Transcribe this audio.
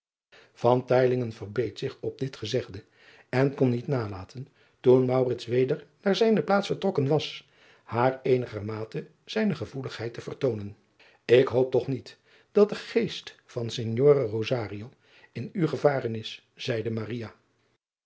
verbeet zich op dit gezegde en kon niet nalaten toen weder naar zijne plaats vertrokken was haar eenigermate zijne gevoeligheid te vertoonen k hoop toch niet dat de geest van ignore in u gevaren is zeide